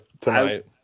tonight